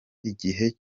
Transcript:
igihe